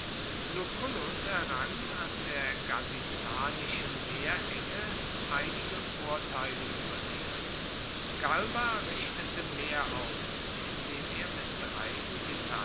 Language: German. lucullus errang an der gaditanischen meerenge einige vorteile über sie galba richtete mehr aus indem er mit drei